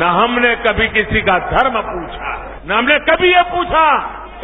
न हमने कभी किसी का धर्म पूछा न हमने कभी ये पूछा